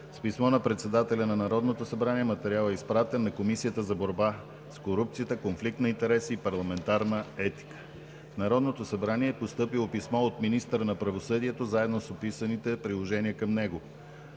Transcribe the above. С писмо на Председателя на Народното събрание материалът се изпратен на Комисията за борба с корупцията, конфликт на интереси и парламентарна етика. - В Народното събрание е постъпило писмо от министъра на правосъдието заедно с описаните приложения към него.